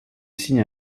signe